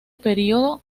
período